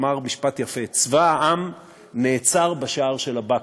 אמר משפט יפה: צבא העם נעצר בשער של הבקו"ם.